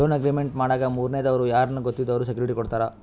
loan agreement ಮಾಡಾಗ ಮೂರನೇ ದವ್ರು ಯಾರ್ನ ಗೊತ್ತಿದ್ದವ್ರು ಸೆಕ್ಯೂರಿಟಿ ಕೊಡ್ತಾರ